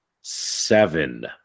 seven